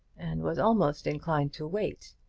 and was almost inclined to wait,